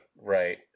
right